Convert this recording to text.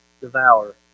devour